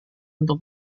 untuk